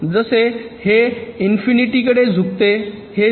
जसे हे इन्फिनिटी कडे झुकते हे 0